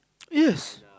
yes